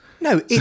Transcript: No